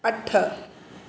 अठ